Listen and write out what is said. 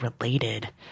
related